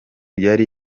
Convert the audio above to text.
yari